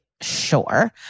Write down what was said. Sure